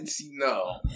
No